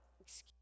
Excuse